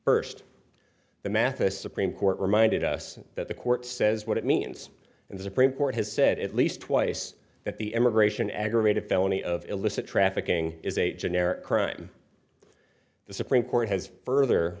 first the math a supreme court reminded us that the court says what it means and the supreme court has said at least twice that the immigration aggravated felony of illicit trafficking is a generic crime the supreme court has further